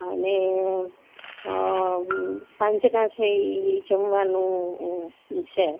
અને સંજે કા છે ઈ જમવાનું શું છે